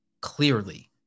clearly